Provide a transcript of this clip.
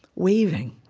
waving,